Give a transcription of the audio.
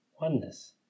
oneness